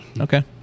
Okay